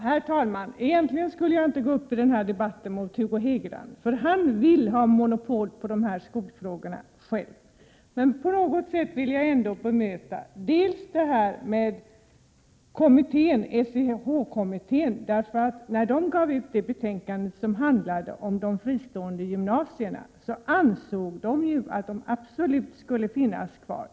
Herr talman! Egentligen borde jag inte gå upp i den här debatten mot Hugo Hegeland, för han vill ha monopol på de här skolfrågorna. Men jag vill ändå på något sätt bemöta detta som sades om SEH-kommittén. När kommittén gav ut det betänkande som handlade om de fristående gymnasierna, så ansåg den att dessa absolut skulle få finnas kvar.